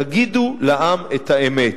תגידו לעם את האמת.